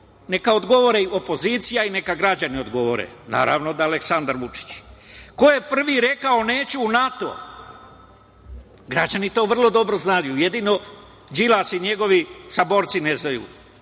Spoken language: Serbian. Neka odgovori opozicija i neka građani odgovore. Naravno da Aleksandar Vučić. Ko je prvi rekao - neću u NATO? Građani to vrlo dobro znaju. Jedino Đilas i njegovi saborci ne znaju.